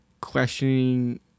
questioning